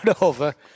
over